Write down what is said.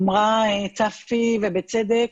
אמרה צפי, ובצדק,